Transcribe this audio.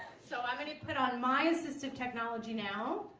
so i'm going to put on my assistive technology now